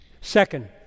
Second